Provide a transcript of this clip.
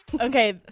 Okay